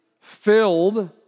filled